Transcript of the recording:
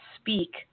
speak